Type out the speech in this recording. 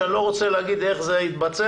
אני לא רוצה להגיד איך זה התבצע,